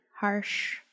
harsh